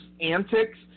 antics